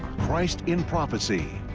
christ in prophecy,